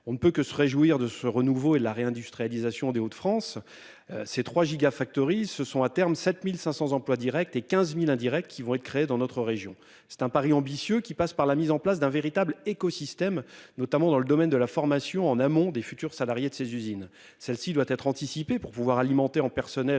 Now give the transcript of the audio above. On ne peut que se réjouir de ce renouveau et la réindustrialisation des Hauts-de-France. Ces trois giga-factories. Ce sont, à terme, 7500 emplois Directs et 15.000 indirects qui vont être créés dans notre région, c'est un pari ambitieux qui passe par la mise en place d'un véritable écosystème notamment dans le domaine de la formation en amont des futurs salariés de ses usines. Celle-ci doit être anticipé pour pouvoir alimenter en personnel